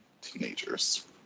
teenagers